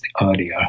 earlier